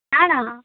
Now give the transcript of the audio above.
না না